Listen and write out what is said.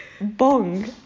bong